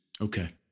Okay